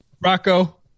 Rocco